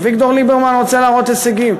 אביגדור ליברמן רוצה להראות הישגים.